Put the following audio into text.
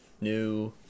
new